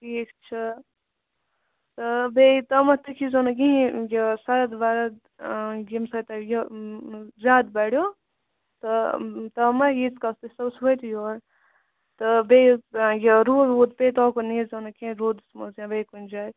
ٹھیٖک چھُ تہٕ بییہِ تامَتھ تُہُۍ کھیٚیہِ زٮ۪و نہٕ کِہیٖنۍ یہِ سَرٕد وَرٕد ییٚمہِ سۭتۍ تۄہہِ یہِ زیادٕ بَڑیو تہٕ تامَتھ ییٖتِس کالَس تُہُۍ صُبَس وٲتِو یوٚر تہٕ بییہِ یہِ روٗد ووٗد پییہِ توکُن نیٖرۍزٮ۪و نہٕ کینٛہہ روٗدَس منٛز یا بییہِ کُنہِ جایہِ